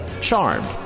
Charmed